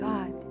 God